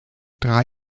drei